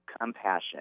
compassion